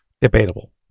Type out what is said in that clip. debatable